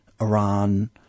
Iran